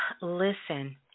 Listen